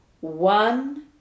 One